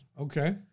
Okay